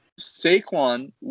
Saquon